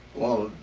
well,